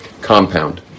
compound